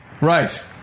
Right